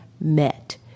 met